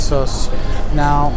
Now